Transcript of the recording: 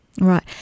Right